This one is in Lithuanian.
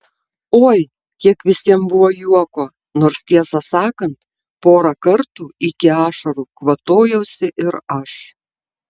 oi kiek visiems buvo juoko nors tiesą sakant porą kartų iki ašarų kvatojausi ir aš